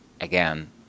again